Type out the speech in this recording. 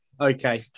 Okay